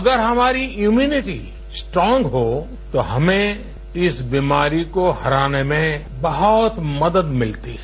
अगर हमारी immunity strong हो तो हमें इस बीमारी को हराने में बहुत मदद मिलती है